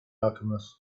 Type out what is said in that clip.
alchemist